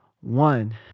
one